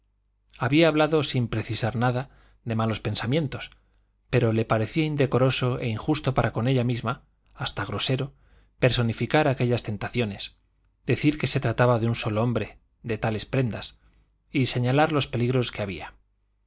había hablado sin precisar nada de malos pensamientos pero le parecía indecoroso e injusto para con ella misma hasta grosero personificar aquellas tentaciones decir que se trataba de un solo hombre de tales prendas y señalar los peligros que había